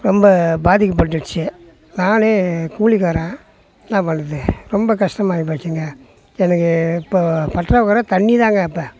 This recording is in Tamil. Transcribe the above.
ரொம்ப பாதிக்கப்பட்டிடுச்சு நானே கூலிக்காரன் என்ன பண்ணுறது ரொம்ப கஷ்டமாயிப்போச்சுங்க எனக்கு இப்போ பற்றாக்குற தண்ணிதாங்க இப்போ